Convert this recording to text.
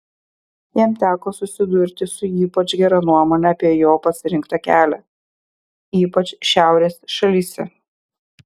jam teko susidurti su ypač gera nuomone apie jo pasirinktą kelią ypač šiaurės šalyse